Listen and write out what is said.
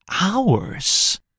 hours